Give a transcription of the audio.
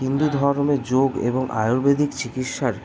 হিন্দু ধর্মে যোগ এবং আয়ুর্বেদিক চিকিৎসার